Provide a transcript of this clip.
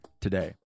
today